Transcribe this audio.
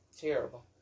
Terrible